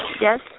Yes